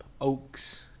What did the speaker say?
oaks